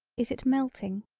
is it melting.